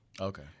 okay